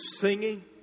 singing